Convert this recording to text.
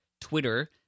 Twitter